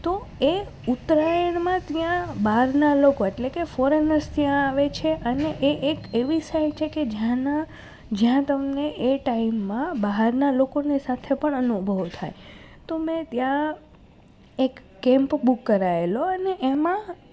તો એ ઉત્તરાયણ માં ત્યાં બહારનાં લોકો એટલે કે ફોરેનર્સ ત્યાં આવે છે અને એ એક એવી સાઈડ છે કે જ્યાંના જ્યાં તમને એ ટાઈમમાં બહારનાં લોકોને સાથે પણ અનુભવો થાય તો મેં ત્યાં એક કેમ્પ બુક કરાવેલો અને એમાં